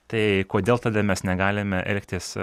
tai kodėl tada mes negalime elgtis